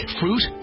fruit